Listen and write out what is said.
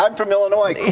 um from illinois,